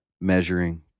measuring